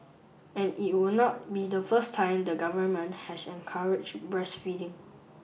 and it would not be the first time the government has encouraged breastfeeding